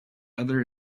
other